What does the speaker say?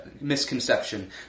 misconception